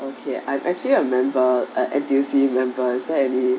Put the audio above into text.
okay I'm actually a member uh N_T_U_C members is there any